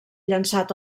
llençat